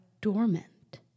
dormant